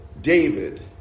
David